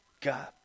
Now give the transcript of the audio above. God